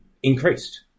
Increased